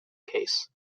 case